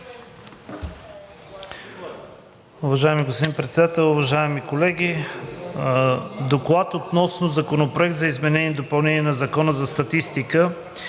Уважаеми господин Председател, уважаеми колеги! „Доклад относно Законопроект за изменение и допълнение на Закона за статистика